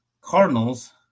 Cardinals